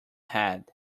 head